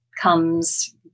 comes